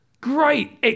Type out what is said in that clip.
great